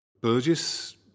Burgess